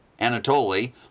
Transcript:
Anatoly